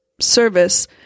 service